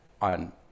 on